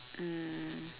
mm